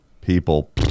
people